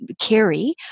carry